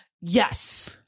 Yes